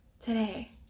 today